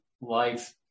life